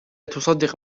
تصدق